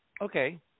Okay